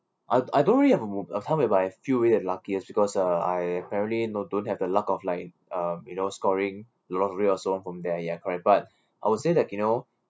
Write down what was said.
I I don't really have a m~ a time whereby I feel really have luckiest because uh I apparently know don't have the luck of like um you know scoring the lottery or so on from there ya correct but I would say that you know